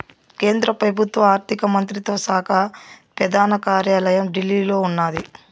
కేంద్ర పెబుత్వ ఆర్థిక మంత్రిత్వ శాక పెదాన కార్యాలయం ఢిల్లీలో ఉన్నాది